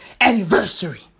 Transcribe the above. anniversary